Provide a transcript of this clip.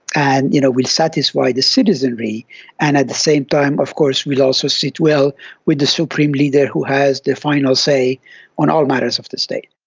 and you know will satisfy the citizenry and at the same time of course will also sit well with the supreme leader who has the final say on all matters of the state.